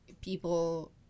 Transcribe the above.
people